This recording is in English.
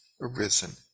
arisen